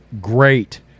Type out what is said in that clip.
great